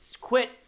quit